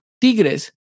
Tigres